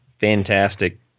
fantastic